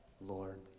Lord